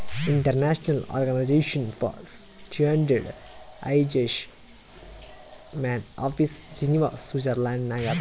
international organisation for standardisation main office Geneva Switzerland ನಾಗ್ ಅದಾ